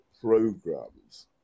programs